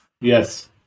Yes